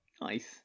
nice